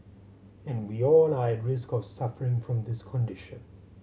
and we all are at risk of suffering from this condition